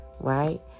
right